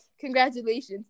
congratulations